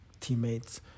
teammates